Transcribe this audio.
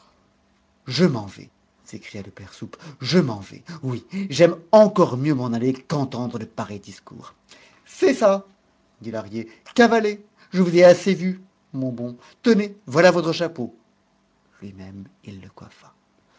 je m'en vais s'écria le père soupe je m'en vais oui j'aime encore mieux m'en aller qu'entendre de pareils discours c'est ça dit lahrier cavalez je vous ai assez vu mon bon tenez voilà votre chapeau lui-même il le coiffa